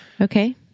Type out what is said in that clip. Okay